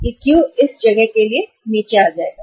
यह Q इस जगह के लिए नीचे आ जाएगा